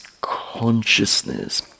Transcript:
consciousness